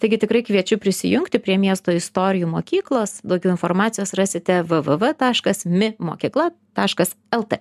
taigi tikrai kviečiu prisijungti prie miesto istorijų mokyklos daugiau informacijos rasite vvv taškas mi mokykla taškas lt